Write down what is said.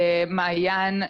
מעיין,